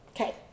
Okay